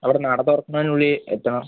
അവിടെ നട തുറക്കുന്നതിനുള്ളിൽ എത്തണം